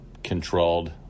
Controlled